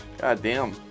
Goddamn